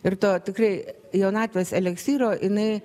ir to tikrai jaunatvės eleksyro jinai